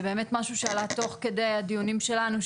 זה באמת משהו שעלה תוך כדי הדיונים שלנו,